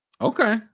Okay